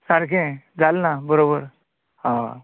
सारकें जालें ना बरोबर होय